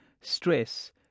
stress